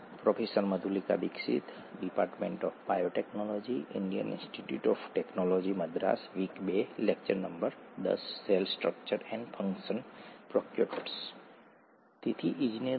મને લાગે છે કે આ છેલ્લું વ્યાખ્યાન હશે બાયોમોલેક્યુલ્સની છેલ્લી વાર્તા હશે જ્યાં આપણે તમામ છૂટક છેડાઓને બાંધી દઈએ છીએ વગેરે વગેરે વગેરે